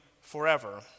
forever